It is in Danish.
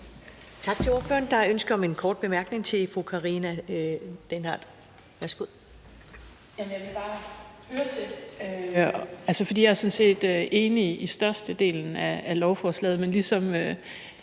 Tak til ordføreren. Der er ønske om en kort bemærkning fra fru Karina Lorentzen Dehnhardt. Værsgo. Kl. 10:05 Karina Lorentzen Dehnhardt (SF): Jeg er sådan set enig i størstedelen af lovforslaget, men ligesom